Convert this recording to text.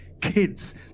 kids